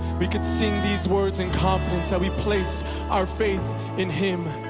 we could send these words in confidence, how we place our faith in him,